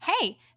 Hey